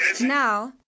Now